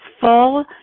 full